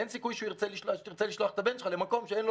אין סיכוי שתרצה לשלוח את הבן שלך למקום שאין לו